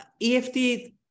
EFT